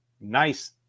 nice